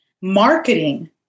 marketing